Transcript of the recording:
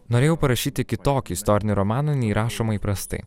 norėjau parašyti kitokį istorinį romaną nei rašoma įprastai